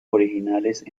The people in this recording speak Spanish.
originales